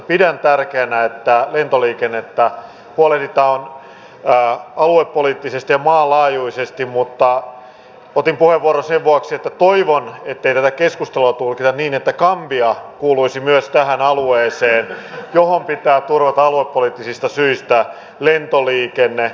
pidän tärkeänä että lentoliikenteestä huolehditaan aluepoliittisesti ja maanlaajuisesti mutta otin puheenvuoron sen vuoksi että toivon ettei tätä keskustelua tulkita niin että gambia kuuluisi myös tähän alueeseen johon pitää turvata aluepoliittisista syistä lentoliikenne